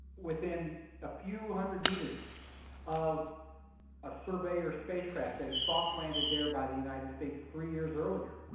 within a few hundred metres of a surveyor spacecraft that had soft landed there by the united states three years earlier,